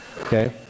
Okay